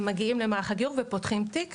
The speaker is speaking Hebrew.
הם מגיעים למערך הגיור ופותחים תיק,